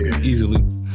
easily